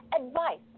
advice